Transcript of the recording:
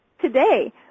today